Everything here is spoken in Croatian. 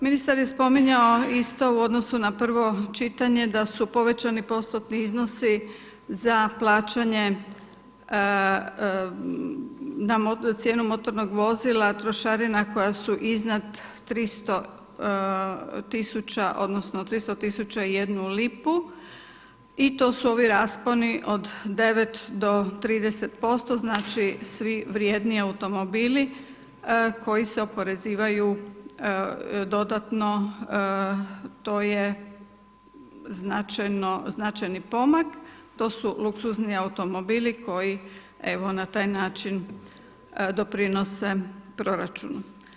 Ministar je spominjao isto u odnosu na prvo čitanje da su povećani postotni iznosi za plaćanje na cijenu motornog vozila trošarina koje su iznad 300 tisuća odnosno 300 tisuća i jednu lipu, i to su ovi rasponi od 9 – 30 posto, znači svi vrjedniji automobili koji se oporezivaju dodatno to je značajni pomak, to su luksuzni automobili koji evo na taj način doprinose proračunu.